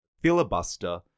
Filibuster